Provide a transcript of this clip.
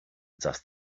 just